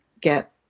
get